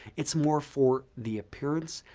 it's more for the appearance,